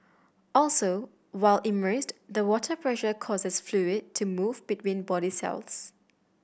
also while immersed the water pressure causes fluid to move between body cells